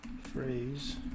phrase